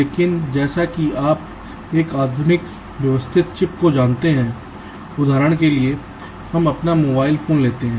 लेकिन जैसा कि आप एक आधुनिक व्यवस्थित चिप को जानते हैं उदाहरण के लिए हम अपना मोबाइल फोन लेते हैं